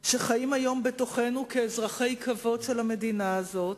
שחיים היום בתוכנו כאזרחי כבוד של המדינה הזאת,